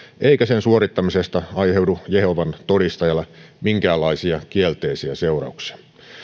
eikä sen suorittamisesta aiheudu jehovan todistajalle minkäänlaisia kielteisiä seurauksia